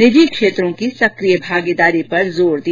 निजी क्षेत्रों की सक्रिय भागीदारी पर जोर दिया